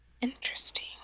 Interesting